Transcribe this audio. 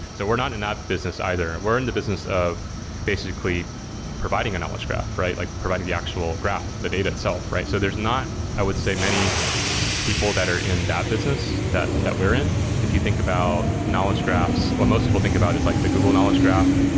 so we're not in not business either. we're in the business of basically providing a knowledge graph, like providing the actual graph, the data itself, right? so there's not, i would say, many people that are in that business that that we're in. if you think about knowledge graph, so what most people think about is like the google knowledge graph,